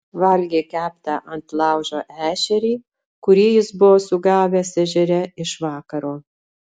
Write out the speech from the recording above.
valgė keptą ant laužo ešerį kurį jis buvo sugavęs ežere iš vakaro